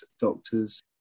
doctors